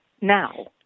now